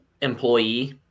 employee